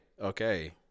Okay